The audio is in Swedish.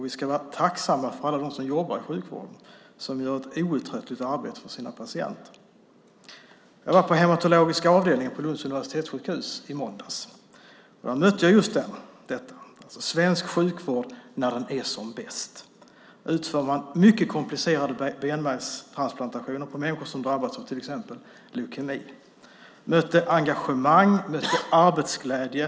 Vi ska vara tacksamma gentemot alla dem som jobbar i sjukvården och som outtröttligt arbetar för sina patienter. I måndags var jag på hematologiska avdelningen på Lunds universitetssjukhus och mötte just svensk sjukvård när den är som bäst. Där utför man mycket komplicerade benmärgstransplantationer på människor som drabbats till exempel av leukemi. Jag mötte engagemang. Jag mötte arbetsglädje.